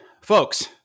folks